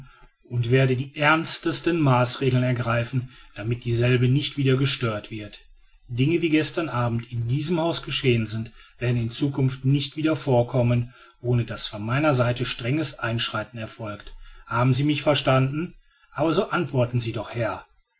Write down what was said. und werde die ernstesten maßregeln ergreifen damit dieselbe nicht wieder gestört wird dinge wie sie gestern abend in diesem hause geschehen sind werden in zukunft nicht wieder vorkommen ohne daß von meiner seite strenges einschreiten erfolgt haben sie mich verstanden aber so antworten sie doch herr